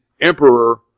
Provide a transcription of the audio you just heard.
emperor